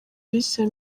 bise